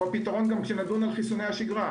הוא הפתרון גם כשנדון על חיסוני השגרה.